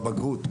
בבגרות.